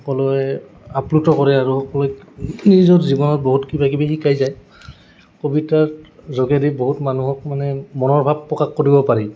সকলোৱে আপ্লুত কৰে আৰু সকলোৱে নিজৰ জীৱনত বহুত কিবা কিবি শিকাই যায় কবিতাৰ যোগেদি বহুত মানুহক মানে মনৰ ভাৱ প্ৰকাশ কৰিব পাৰি